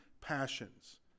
passions